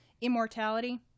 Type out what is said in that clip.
immortality